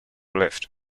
lift